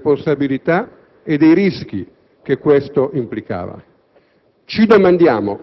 pur essendo consapevoli dei problemi, delle responsabilità e dei rischi che questo implicava. Ci domandiamo,